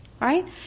Right